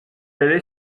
allait